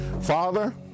Father